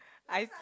I